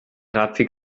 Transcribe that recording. radweg